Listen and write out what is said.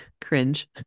cringe